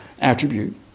attribute